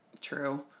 True